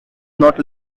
not